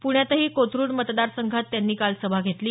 पुण्यातही कोथरूड मतदारसंघात त्यांनी काल सभा घेतली